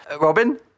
Robin